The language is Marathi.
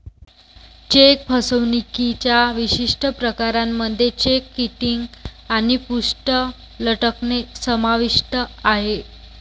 चेक फसवणुकीच्या विशिष्ट प्रकारांमध्ये चेक किटिंग आणि पृष्ठ लटकणे समाविष्ट आहे